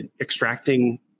extracting